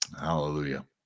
Hallelujah